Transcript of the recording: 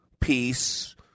Peace